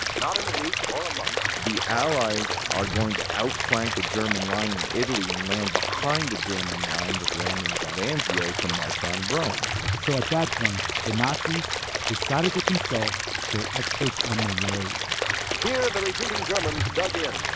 not in a week or a month. the allies are going to outflank the german line in italy and land behind the german line, with landings at anzio, to march on rome so, at that point, the nazis decided to consult their experts on malaria here, the retreating germans dug in.